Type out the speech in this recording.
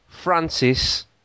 Francis